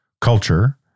culture